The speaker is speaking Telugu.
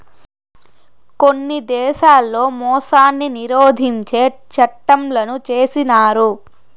కొన్ని దేశాల్లో మోసాన్ని నిరోధించే చట్టంలను చేసినారు